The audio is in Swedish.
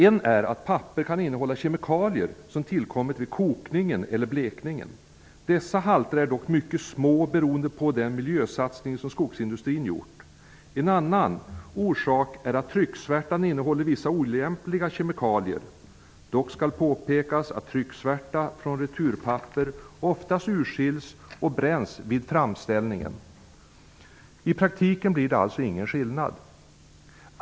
En orsak är att papper kan innehålla kemikalier som tillkommit vid kokningen eller blekningen. Dessa halter är dock mycket små, beroende på den miljösatsning som skogsindustrin har gjort. En annan orsak är att trycksvärtan innehåller vissa olämpliga kemikalier. Dock skall påpekas att trycksvärta från returpapper oftast urskiljs och bränns vid framställningen. I praktiken blir det alltså ingen skillnad.